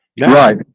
Right